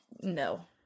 no